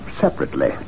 separately